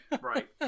right